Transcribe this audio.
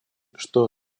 что